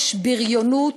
יש בריונות,